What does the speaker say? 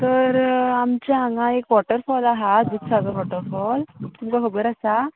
तर आमच्या हांगा एक वॉटरफॉल आसा दुदसागर वॉटरफॉल तुमकां खबर आसा